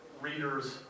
readers